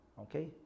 Okay